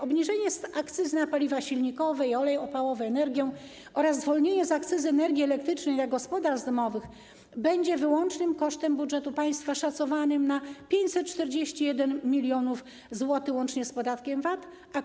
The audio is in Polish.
Obniżenie akcyzy na paliwa silnikowe, olej opałowy i energię oraz zwolnienie z akcyzy energii elektrycznej dla gospodarstw domowych będzie wyłącznym kosztem budżetu państwa szacowanym na 541 mln zł łącznie z podatkiem VAT.